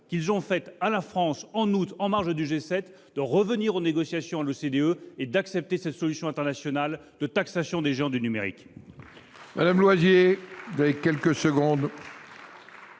qu'ils ont donnée à la France, en août, en marge du G7, à revenir à la table des négociations à l'OCDE et à accepter cette solution internationale de taxation des géants du numérique.